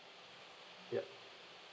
yup